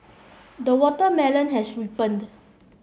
the watermelon has ripened